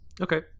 okay